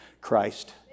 Christ